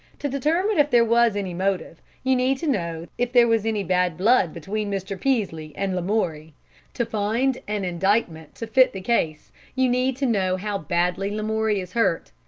to determine if there was any motive, you need to know if there was any bad blood between mr. peaslee and lamoury to find an indictment to fit the case you need to know how badly lamoury is hurt.